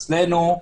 אצלנו,